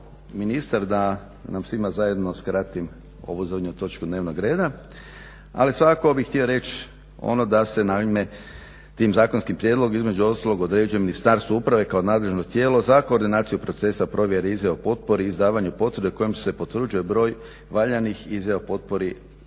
ministar da nam svima zajedno skratim ovu zadnju točku dnevnog reda, ali svakako bih htio reć ono da se, naime tim zakonskim prijedlogom između ostalog određuje Ministarstvo uprave kao nadležno tijelo za koordinaciju procesa provjere izjava o potpori i izdavanju potvrde kojom se potvrđuje broj valjanih izjava o potpori